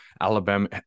Alabama